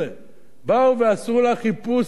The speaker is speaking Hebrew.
באו ועשו לה חיפוש בבית.